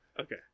Okay